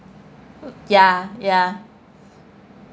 ya ya